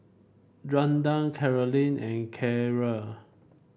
Randall Carolynn and Keira